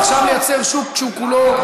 אבל עכשיו לייצר שוק שהוא כולו,